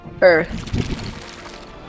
Earth